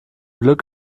glück